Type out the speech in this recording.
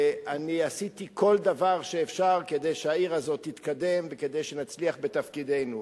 עשיתי כל דבר שאפשר כדי שהעיר הזאת תתקדם וכדי שנצליח בתפקידנו,